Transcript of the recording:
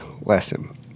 lesson